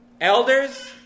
Elders